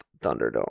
Thunderdome